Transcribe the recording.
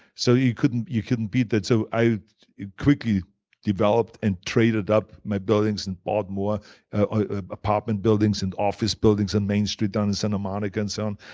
so you couldn't you couldn't beat that. so i quickly developed and traded up my buildings and bought more ah apartment buildings and office buildings on main street down in santa monica and so on.